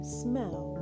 smell